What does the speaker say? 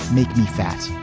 make me fat.